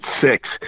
six